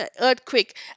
earthquake